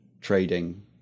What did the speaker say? trading